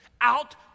out